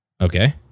Okay